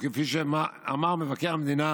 וכפי שאמר מבקר המדינה,